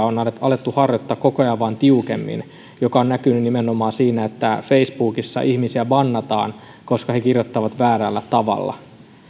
on alettu harjoittaa koko ajan vain tiukemmin mikä on näkynyt nimenomaan siinä että facebookissa ihmisiä bannataan koska he kirjoittavat väärällä tavalla